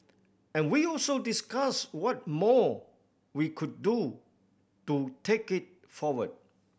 and we also discussed what more we could do to take it forward